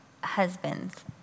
Husbands